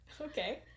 okay